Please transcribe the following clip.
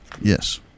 yes